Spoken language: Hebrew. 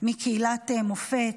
מקהילת מופת.